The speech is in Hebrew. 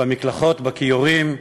במקלחות, בכיורים,